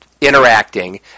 interacting